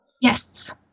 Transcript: Yes